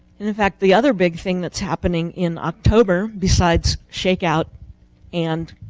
in in fact, the other big thing that's happening in october besides shakeout and